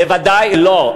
בוודאי לא.